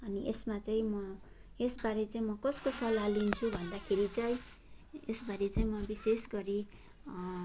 अनि यसमा चाहिँ म यसबारे चाहिँ म कसको सल्लाह लिन्छु भन्दाखेरि चाहिँ यसबारे चाहिँ म विशेष गरी